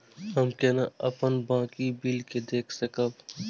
हम केना अपन बाकी बिल के देख सकब?